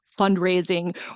fundraising